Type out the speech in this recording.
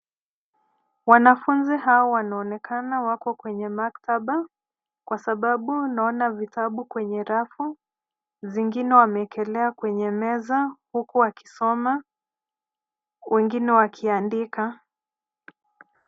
Wanafunzi hao wanaonekana wako kwenye maktaba, kwa sababu naona vitabu kwenye rafu, zingine wamekelea kwenye meza huku wakisoma, wengine wakiandika.